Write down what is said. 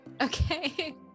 Okay